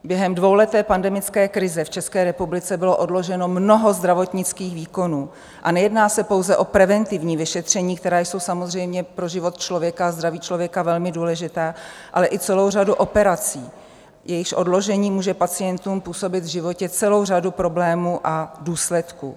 Během dvouleté pandemické krize v České republice bylo odloženo mnoho zdravotnických výkonů a nejedná se pouze o preventivní vyšetření, která jsou samozřejmě pro život člověka a zdraví člověka velmi důležitá, ale i celou řadu operací, jejichž odložení může pacientům působit v životě celou řadu problémů a důsledků.